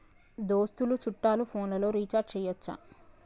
దోస్తులు చుట్టాలు ఫోన్లలో రీఛార్జి చేయచ్చా?